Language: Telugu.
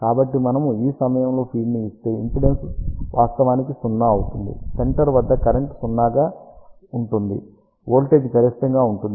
కాబట్టి మనము ఈ సమయంలో ఫీడ్ను ఇస్తే ఇంపిడెన్స్ వాస్తవానికి 0 అవుతుంది సెంటర్ వద్ద కరెంట్ 0 గా ఉంటుంది వోల్టేజ్ గరిష్టంగా ఉంటుంది